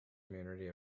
community